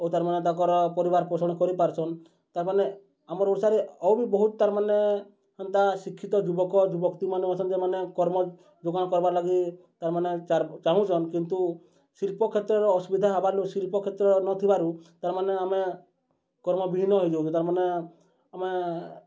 ତା'ର୍ମାନେ ତାଙ୍କର୍ ପରିବାର୍ ପୋଷଣ୍ କରିପାରୁଛନ୍ ତା'ର୍ମାନେ ଆମର୍ ଓଡ଼ିଶାରେ ଆଉ ବି ବହୁତ୍ ତା'ର୍ମାନେ ହେନ୍ତା ଶିକ୍ଷିତ୍ ଯୁବକ ଯୁବତୀମାନେ ଅଛନ୍ତି ସେମାନେ କର୍ମ ଯୋଗାଣ କର୍ବାର୍ ଲାଗି ତା'ର୍ମାନେ ଚାହୁଁଛନ୍ କିନ୍ତୁ ଶିଳ୍ପକ୍ଷେତ୍ରରେ ଅସୁବିଧା ହେବାର୍ନୁ ଶିଳ୍ପକ୍ଷେତ୍ର ନଥିବାରୁ ତା'ର୍ମାନେ ଆମେ କର୍ମବିହିନ ହେଇଯାଉଛେ ତା'ର୍ମାନେ ଆମେ